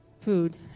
food